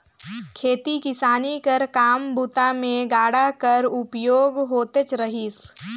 खेती किसानी कर काम बूता मे गाड़ा कर उपयोग होतेच रहिस